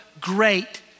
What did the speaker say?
great